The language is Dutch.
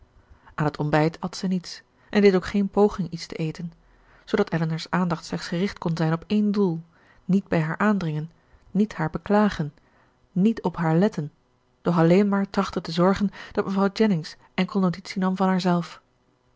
aan het ontbijt at zij niets en deed ook geen poging iets te eten zoodat elinor's aandacht slechts gericht kon zijn op één doel niet bij haar aandringen niet haar beklagen niet op haar letten doch alleen maar trachten te zorgen dat mevrouw jennings enkel notitie nam van haarzelf